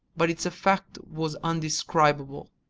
but its effect was indescribable.